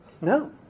No